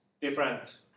different